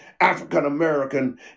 African-American